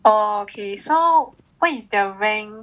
oh okay so what is their rank